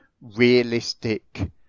realistic